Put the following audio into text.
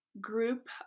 group